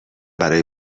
برای